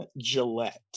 Gillette